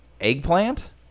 eggplant